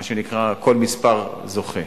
מה שנקרא, כל מספר זוכה.